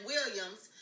Williams